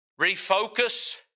refocus